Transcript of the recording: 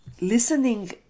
listening